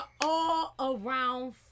all-around